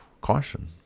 caution